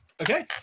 Okay